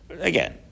again